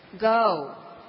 go